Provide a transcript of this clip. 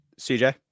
CJ